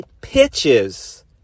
pitches